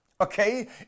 okay